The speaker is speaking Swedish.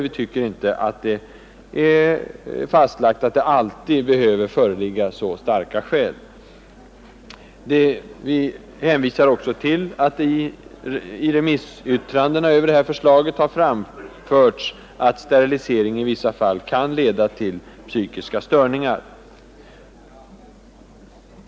Vi hänvisar till att det i remissyttrandena över förslaget har anförts att sterilisering i vissa fall kan leda till psykiska störningar.